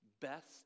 best